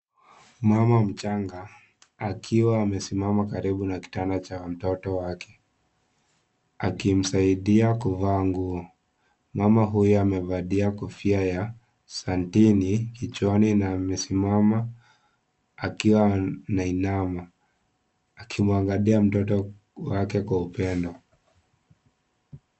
Mama mchanga akiwa amesimama karibu na kitanda cha mtoto wake akimsaidia kuvaa nguo . Mama huyo amevalia kofia ya santini kichwani na amesimama akiwa anainama, akimwangalia mtoto wake Kwa upendo.